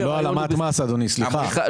זה לא העלמת מס, אדוני, סליחה.